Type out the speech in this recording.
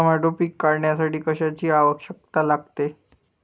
Tomato पीक काढण्यासाठी कशाची आवश्यकता लागते?